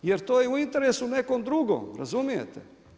Jer to je u interesu nekom drugom, razumijete?